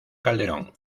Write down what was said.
calderón